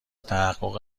تحقق